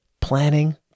planning